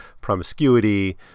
promiscuity